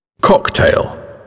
Cocktail